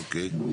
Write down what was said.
אוקיי.